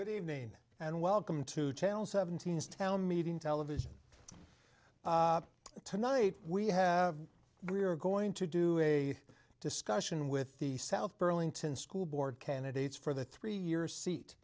good evening and welcome to tail seventeen's town meeting television tonight we have we are going to do a discussion with the south burlington school board candidates for the three year seat